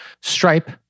Stripe